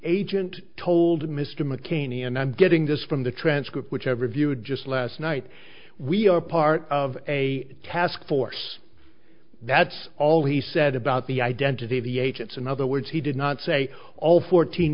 agent told mr mccain and i'm getting this from the transcript which have reviewed just last night we are part of a task force that's all he said about the identity of the agents in other words he did not say all fourteen